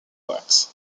box